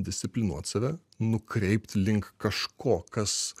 disciplinuoti save nukreipti link kažko kas